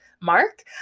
mark